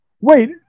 Wait